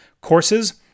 courses